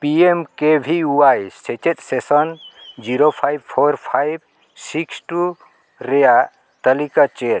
P M K V Y ᱥᱮᱪᱮᱫ session zero five four five six two ᱨᱮᱭᱟᱜ ᱛᱟᱹᱞᱤᱠᱟ ᱪᱮᱫ